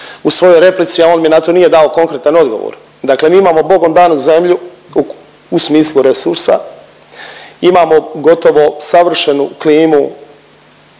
u svojoj replici, a on mi na to nije dao konkretan odgovor. Dakle mi imamo Bogom danu zemlju u smislu resursa, imamo gotovo savršenu klimu,